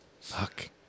Fuck